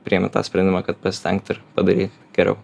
priimi tą sprendimą kad pasistengt ir padaryt geriau